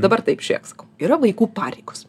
dabar taip žiūrėk sakau yra vaikų pareigos